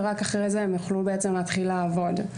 ורק אחרי זה הם יוכלו בעצם להתחיל לעבוד,